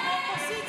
סעיף